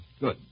Good